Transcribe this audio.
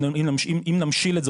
אם נמשיל את זה,